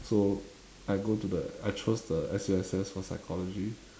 so I go to the I chose the S_U_S_S for psychology